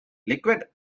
liquid